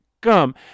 come